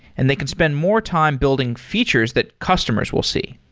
and they can spend more time building features that customers will see.